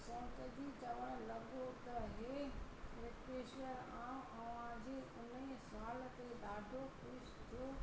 सौंतजी चवणु लॻो त हे रित्वेश्वर आउं तव्हांजे उनई साल खे ॾाढो खुश थियो